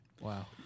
Wow